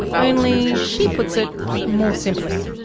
only she puts it more simply.